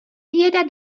běda